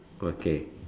okay